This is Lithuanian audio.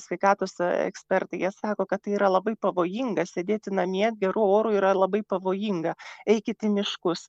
sveikatos ekspertai jie sako kad tai yra labai pavojinga sėdėti namie geru oru yra labai pavojinga eikit į miškus